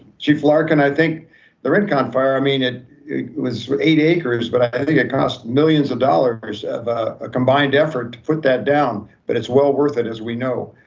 chief lark, and i think the rincon fire, i mean, it was eight acres, but i think it costs millions of dollars of a combined effort put that down, but it's well worth it as we know.